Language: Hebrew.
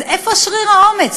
אז איפה שריר האומץ?